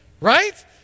right